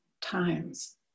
times